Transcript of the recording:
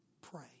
pray